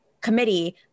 committee